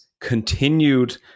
continued